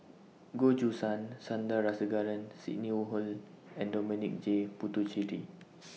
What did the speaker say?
Goh Choo San Sandrasegaran Sidney Woodhull and Dominic J Puthucheary